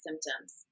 symptoms